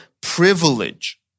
privilege